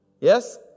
Yes